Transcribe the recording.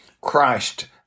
Christ